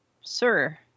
sir